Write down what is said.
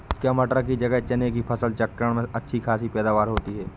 क्या मटर की जगह चने की फसल चक्रण में अच्छी खासी पैदावार होती है?